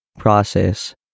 process